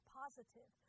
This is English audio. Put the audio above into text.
positive